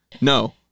no